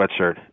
sweatshirt